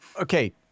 okay